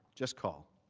just call.